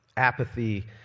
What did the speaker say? apathy